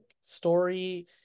story